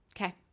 okay